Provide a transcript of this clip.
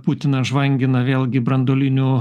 putinas žvangina vėlgi branduoliniu